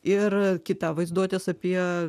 ir kita vaizduotės apie